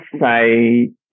say